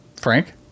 Frank